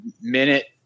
minute